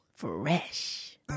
fresh